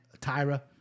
Tyra